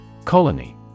Colony